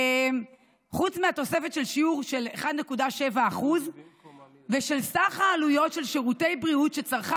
חוץ מהתוספת של שיעור של 1.7% ושל סך העלויות של שירותי בריאות שצרכה